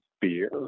beer